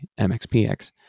MXPX